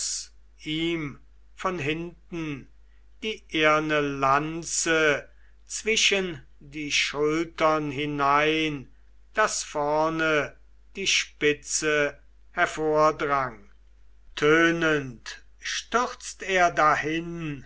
ihm von hinten die eherne lanze zwischen die schultern hinein daß vorn die spitze hervordrang tönend stürzt er dahin